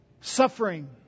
Suffering